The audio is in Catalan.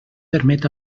permet